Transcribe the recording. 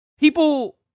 People